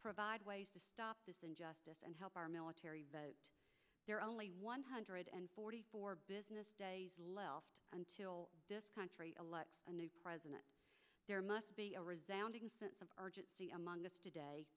provide ways to stop this injustice and help our military there are only one hundred and forty four business left until this country elect a new president there must be some urgency among us today